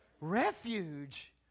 refuge